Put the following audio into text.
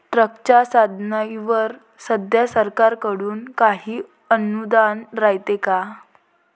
ट्रॅक्टरच्या साधनाईवर सध्या सरकार कडून काही अनुदान रायते का?